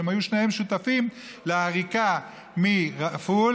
היו שניהם שותפים לעריקה מרפול,